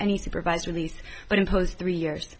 any supervised release but impose three years